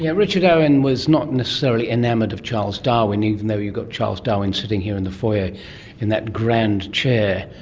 yeah richard owen was not necessarily enamoured of charles darwin, even though you've got charles darwin sitting here in the foyer in that grand chair.